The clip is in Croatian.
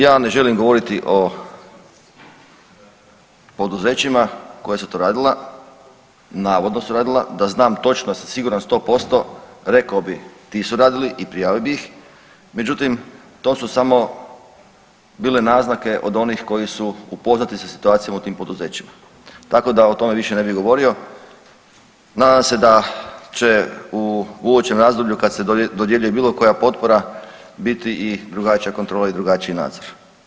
Ja ne želim govoriti o poduzećima koja su to radila, navodno su radila da znam točno, da sam siguran 100%, rekao bi ti su radili i prijavio bi ih, međutim, to su samo bile naznake od onih koji su upoznati sa situacijom u tim poduzećima, tako da o tome više ne bi govorio, nadam se da će u uočenom razdoblju kad se dodjeljuje bilokoja potpora biti i drugačija kontrola i drugačiji nadzor.